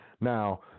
Now